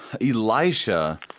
Elisha